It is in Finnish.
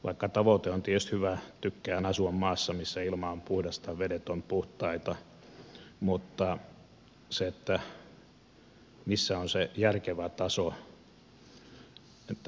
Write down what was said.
tavoite on tietysti hyvä tykkään asua maassa missä ilma on puhdasta vedet ovat puhtaita mutta missä on se järkevä taso millä mennään